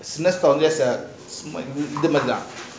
சின்ன:chinna store lah இந்த மாறி தான்:intha maari thaan